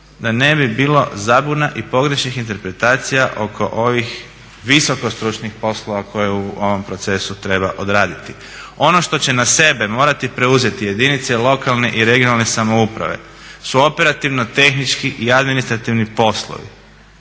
da ne bi bilo zabuna i pogrešnih interpretacija oko ovih visokostručnih poslova koje u ovom procesu treba odraditi. Ono što će na sebe morati preuzeti jedinice lokalne i regionalne samouprave su operativno-tehnički i administrativni poslovi